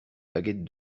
baguette